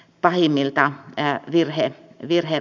pahimmilta enää virhe virhe